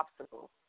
obstacles